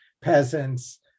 peasants